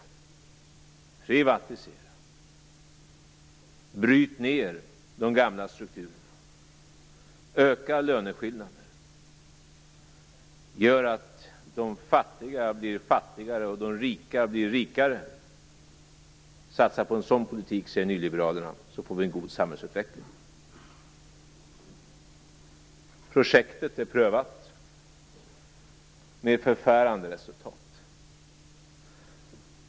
Privatisera. Bryt ner de gamla strukturerna. Öka löneskillnader. Gör att de fattigare blir fattigare och de rika blir rikare. Satsa på en sådan politik, säger nyliberalerna. Då får vi en god samhällsutveckling. Projektet är prövat med förfärande resultat.